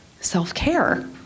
self-care